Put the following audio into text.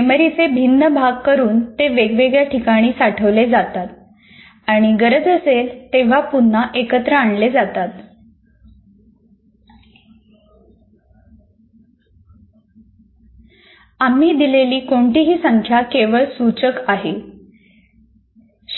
memory